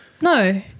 No